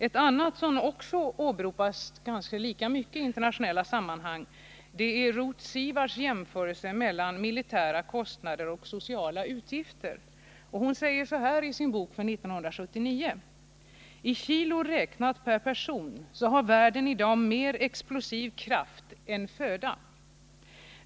Ett annat, som åberopas kanske lika mycket i internationella sammanhang, är Ruth Sivards jämförelser mellan militära kostnader och sociala utgifter. Hon säger så här i sin bok från 1979: Räknat i kilo per person har världen i dag mer explosiv kraft än föda.